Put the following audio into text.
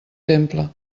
temple